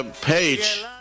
page